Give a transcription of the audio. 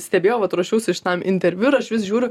stebėjau vat ruošiausi šitam interviu ir aš vis žiūriu